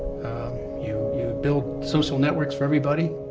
you you build social networks for everybody